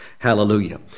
Hallelujah